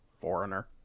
Foreigner